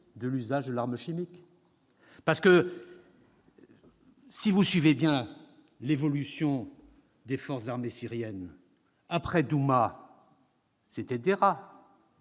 de l'usage de l'arme chimique. Si vous suivez bien l'évolution des forces armées syriennes, après Douma, Deraa,